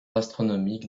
astronomique